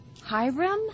Hiram